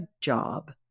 job